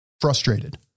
frustrated